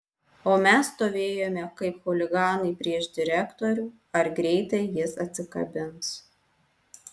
o mes stovėjome kaip chuliganai prieš direktorių ar greitai jis atsikabins